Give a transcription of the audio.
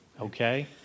okay